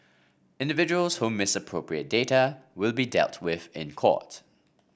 individuals who misappropriate data will be dealt with in court